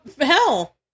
hell